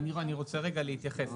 אני רוצה להתייחס.